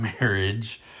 marriage